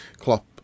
Klopp